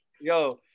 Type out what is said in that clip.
Yo